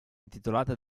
intitolate